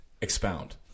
Expound